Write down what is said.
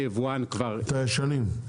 את הישנים?